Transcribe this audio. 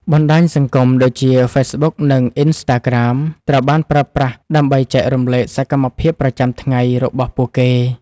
បណ្ដាញសង្គមដូចជាហ្វេសប៊ុកនិងអុីនស្តាក្រាមត្រូវបានប្រើប្រាស់ដើម្បីចែករំលែកសកម្មភាពប្រចាំថ្ងៃរបស់ពួកគេ។